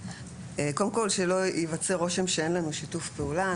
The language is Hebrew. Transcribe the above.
קודם כל שלא ייווצר רושם שאין לנו שיתוף פעולה.